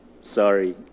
sorry